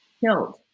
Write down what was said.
killed